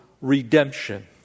redemption